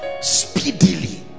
speedily